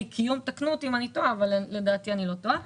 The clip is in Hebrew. קיום תקנו אותי אם אני טועה אבל לדעתי אני לא טועה